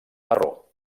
marró